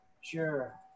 Sure